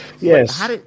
yes